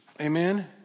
Amen